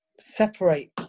separate